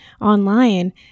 online